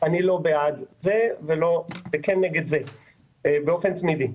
אני לא בעד זה וכן נגד זה באופן תמידי.